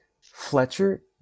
Fletcher